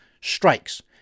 strikes